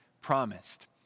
promised